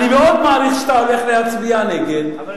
אני מאוד מעריך את זה שאתה הולך להצביע נגד החוק.